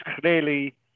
clearly